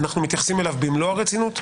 אנחנו מתייחסים אליו במלוא הרצינות,